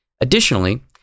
Additionally